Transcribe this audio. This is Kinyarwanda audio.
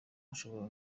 ashobora